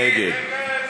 נגד?